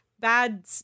Bad